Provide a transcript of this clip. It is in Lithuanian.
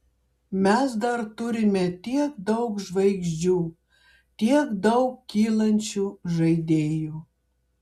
mes dar turime tiek daug žvaigždžių tiek daug kylančių žaidėjų